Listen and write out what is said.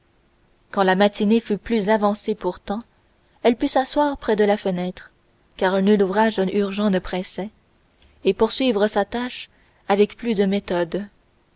quand la matinée fut plus avancée pourtant elle put s'asseoir près de la fenêtre car nul ouvrage urgent ne pressait et poursuivre sa tâche avec plus de méthode